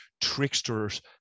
tricksters